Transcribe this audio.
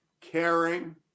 caring